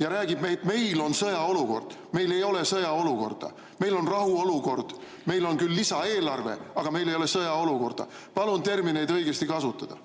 ja räägib, et meil on sõjaolukord. Meil ei ole sõjaolukorda, meil on rahuolukord. Meil on küll lisaeelarve, aga meil ei ole sõjaolukorda. Palun termineid õigesti kasutada.